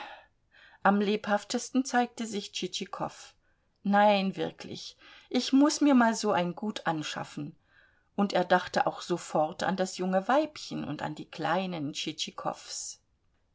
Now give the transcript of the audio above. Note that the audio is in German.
am lebhaftesten zeigte sich tschitschikow nein wirklich ich muß mir mal so ein gut anschaffen und er dachte auch sofort an das junge weibchen und an die kleinen